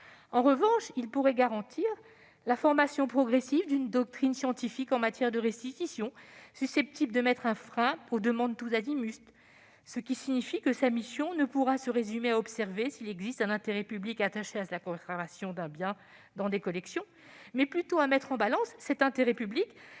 en revanche garantir la formation progressive d'une doctrine scientifique en matière de restitution, susceptible de mettre un frein aux demandes tous azimuts. Sa mission ne pourra ainsi se résumer à observer s'il existe un intérêt public attaché à la conservation d'un bien dans les collections ; il s'agira plutôt de mettre en balance cet intérêt public